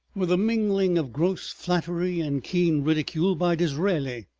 with a mingling of gross flattery and keen ridicule by disraeli,